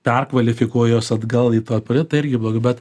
perkvalifikuoja juos atgal į tą tai irgi blogai bet